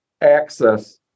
access